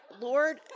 Lord